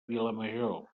vilamajor